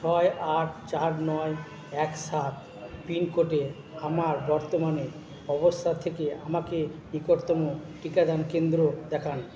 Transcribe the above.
ছয় আট চার নয় এক সাত পিনকোডে আমার বর্তমানে অবস্থার থেকে আমাকে নিকটতম টিকাদান কেন্দ্র দেখান